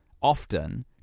often